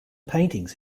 paintings